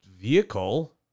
vehicle